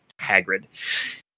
Hagrid